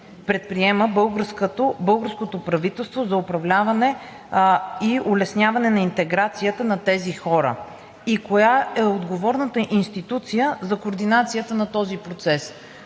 предприема българското правителство за управляване и улесняване на интеграцията на тези хора? Коя е отговорната институция за координацията на този процес,